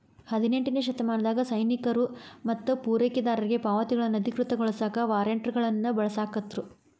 ಹದಿನೆಂಟನೇ ಶತಮಾನದಾಗ ಸೈನಿಕರು ಮತ್ತ ಪೂರೈಕೆದಾರರಿಗಿ ಪಾವತಿಗಳನ್ನ ಅಧಿಕೃತಗೊಳಸಾಕ ವಾರ್ರೆಂಟ್ಗಳನ್ನ ಬಳಸಾಕತ್ರು